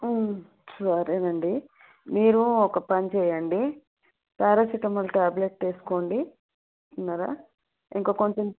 సరే అండి మీరు ఒక పని చేయండి పారాసిటమాల్ టాబ్లెట్ వేసుకోండి విన్నారా ఇంక కొంచెం